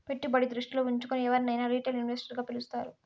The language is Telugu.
పెట్టుబడి దృష్టిలో ఉంచుకుని ఎవరినైనా రిటైల్ ఇన్వెస్టర్ గా పిలుస్తారు